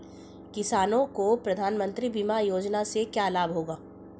किसानों को प्रधानमंत्री बीमा योजना से क्या लाभ होगा?